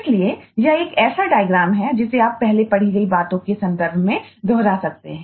इसलिए यह एक ऐसा डायग्रामहै जिसे आप पहले पढ़ी गई बातों के संदर्भ में दोहरा सकते हैं